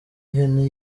ihene